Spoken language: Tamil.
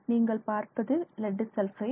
நீங்கள் பார்ப்பது எல்லாம் லெட் சல்பைடு